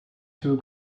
two